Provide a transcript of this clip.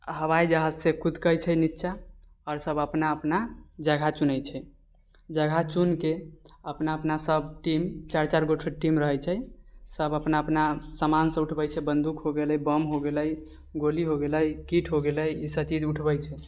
हवाइ जहाज सँ कुदकै छै निच्चा आओर सभ अपना अपना जगह चुनै छै जगह चुनिके अपना अपना सभ टीम चारि चारिगोठो टीम रहै छै सभ अपना अपना समान सभ उठबै छै बन्दूक हो गेलै बम हो गेलै गोली होगेलै किट हो गेलै ई सभ चीज उठबै छै